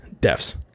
deaths